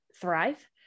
thrive